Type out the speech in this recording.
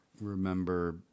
remember